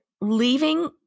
leaving